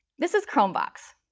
this is chromevox.